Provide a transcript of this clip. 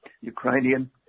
Ukrainian